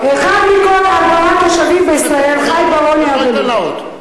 האמת היא שבקריית-שמונה סגרו אפילו,